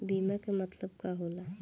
बीमा के मतलब का होला?